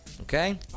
Okay